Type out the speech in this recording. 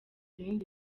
ibindi